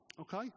Okay